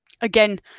Again